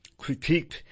critiqued